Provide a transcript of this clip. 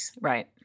Right